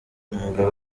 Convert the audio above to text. umugabo